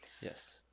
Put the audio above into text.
Yes